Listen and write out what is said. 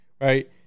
right